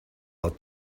ought